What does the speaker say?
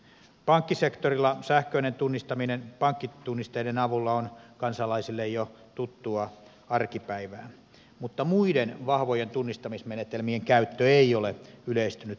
pankkisektorilla sähköinen tunnistaminen pankkitunnisteiden avulla on kansalaisille jo tuttua arkipäivää mutta muiden vahvojen tunnistamismenetelmien käyttö ei ole yleistynyt toivottavalla tavalla